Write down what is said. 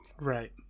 Right